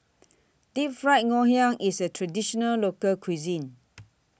Deep Fried Ngoh Hiang IS A Traditional Local Cuisine